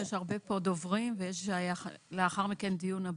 כי יש פה הרבה דוברים ויש לאחר מכן דיון הבא.